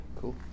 cool